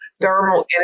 Thermal